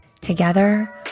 Together